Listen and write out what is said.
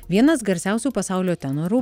vienas garsiausių pasaulio tenorų